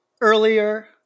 earlier